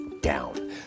down